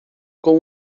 com